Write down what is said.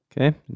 Okay